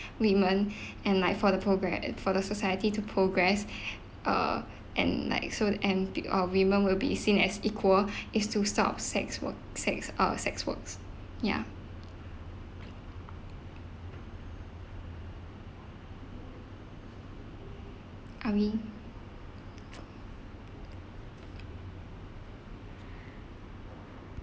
women and like for the progre~ for the society to progress uh and like so the or women will be seen as equal is to stop sex work sex uh sex works ya I mean